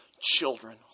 children